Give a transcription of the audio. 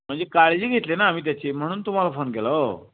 म्हणजे काळजी घेतली ना आम्ही त्याची म्हणून तुम्हाला फोन केला हो